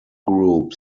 group